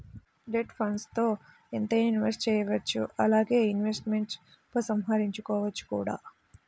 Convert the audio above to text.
debt ఫండ్స్ల్లో ఎంతైనా invest చేయవచ్చు అలానే ఇన్వెస్ట్మెంట్స్ను ఉపసంహరించుకోవచ్చు కూడా